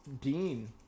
dean